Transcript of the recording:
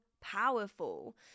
powerful